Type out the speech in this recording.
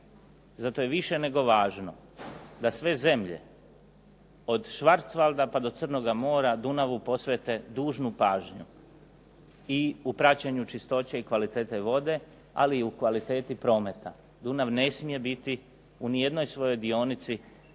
Zato je više nego važno da sve zemlje od Švarcvalda pa do Crnoga mora Dunavu posvete dužnu pažnju i u praćenju čistoće i kvalitete vode, ali i u kvaliteti prometa. Dunav ne smije biti u nijednoj svojoj dionici